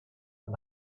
and